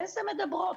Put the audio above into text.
איזה מדברות?